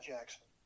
Jackson